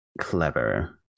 clever